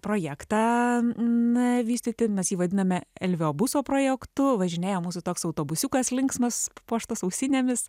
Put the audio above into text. projektą na vystyti mes jį vadiname elvio buso projektu važinėja mūsų toks autobusiukas linksmas puoštas ausinėmis